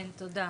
כן, תודה.